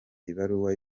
ibaruwa